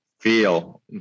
feel